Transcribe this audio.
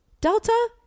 Delta